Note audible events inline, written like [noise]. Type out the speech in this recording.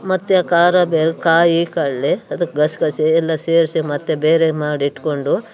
ಮತ್ತು ಖಾರ [unintelligible] ಕಾಯಿ ಕಡಲೆ ಅದಕ್ಕೆ ಗಸಗಸೆ ಎಲ್ಲ ಸೇರಿಸಿ ಮತ್ತು ಬೇರೆ ಮಾಡಿಟ್ಕೊಂಡು